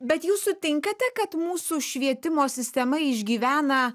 bet jūs sutinkate kad mūsų švietimo sistema išgyvena